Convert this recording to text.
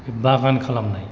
बागान खालामनाय